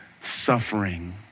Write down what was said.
suffering